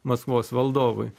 maskvos valdovui